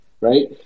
right